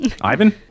ivan